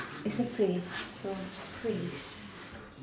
it's a phrase so phrase